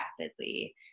rapidly